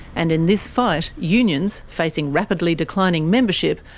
and in this fight, unions, facing rapidly declining membership,